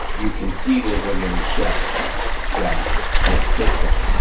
you can see there's a little shelf that it sits on. on.